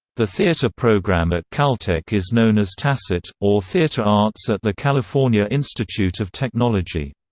the theater program at caltech is known as tacit, or theater arts at the california institute of technology.